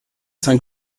saint